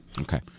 Okay